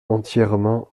entièrement